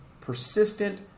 persistent